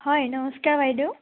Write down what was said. হয় নমস্কাৰ বাইদেউ